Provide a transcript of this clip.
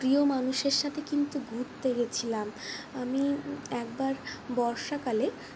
প্রিয় মানুষের সাথে কিন্তু ঘুরতে গেছিলাম আমি একবার বর্ষাকালে